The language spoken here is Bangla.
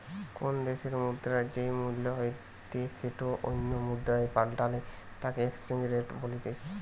কোনো দ্যাশের মুদ্রার যেই মূল্য হইতে সেটো অন্য মুদ্রায় পাল্টালে তাকে এক্সচেঞ্জ রেট বলতিছে